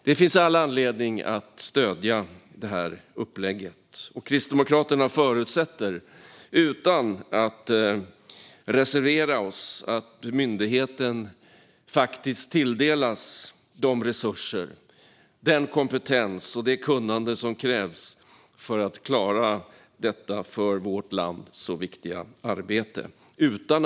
Det finns all anledning att stödja detta upplägg, och vi i Kristdemokraterna förutsätter - utan att reservera oss - att myndigheten faktiskt tilldelas de resurser, den kompetens och det kunnande som krävs för att klara detta för vårt land så viktiga arbete.